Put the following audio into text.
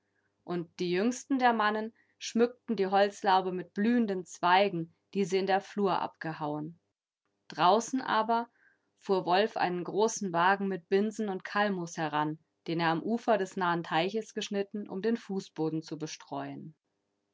und die jüngsten der mannen schmückten die holzlaube mit blühenden zweigen die sie in der flur abgehauen draußen aber fuhr wolf einen großen wagen mit binsen und kalmus heran den er am ufer des nahen teiches geschnitten um den fußboden zu bestreuen